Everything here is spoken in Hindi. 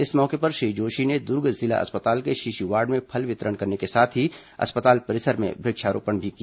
इस मौके पर श्री जोशी ने दुर्ग जिला अस्पताल के शिशु वार्ड में फल वितरण करने के साथ अस्पताल परिसर में वृक्षारोपण भी किया